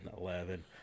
eleven